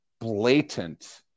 blatant